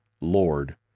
Lord